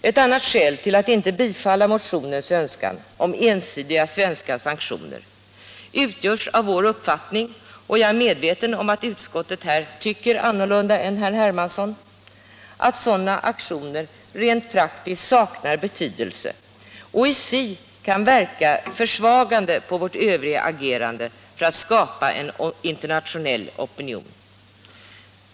Det andra skälet till att inte bifalla motionens önskan om ensidiga svenska sanktioner utgörs av vår uppfattning att sådana aktioner — och jag är medveten om att utrikesutskottet här tycker annorlunda än herr Hermansson -— rent praktiskt saknar betydelse och i sig kan verka försvagande på vårt övriga agerande för att skapa en internationell opinion.